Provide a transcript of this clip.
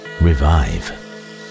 revive